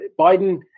Biden